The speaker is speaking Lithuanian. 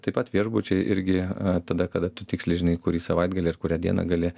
taip pat viešbučiai irgi tada kada tu tiksliai žinai kurį savaitgalį ir kurią dieną gali